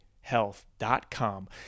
health.com